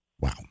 Wow